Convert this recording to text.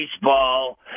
Baseball